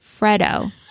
Fredo